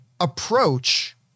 approach